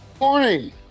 Morning